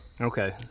Okay